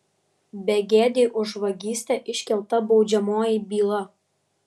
begėdei už vagystę iškelta baudžiamoji byla